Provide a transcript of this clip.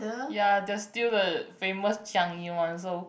ya they're still the famous Changi one so